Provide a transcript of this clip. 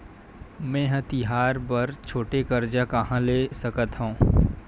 मेंहा तिहार बर छोटे कर्जा कहाँ ले सकथव?